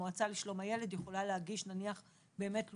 המועצה לשלום הילד יכולה להגיש נניח תלונות,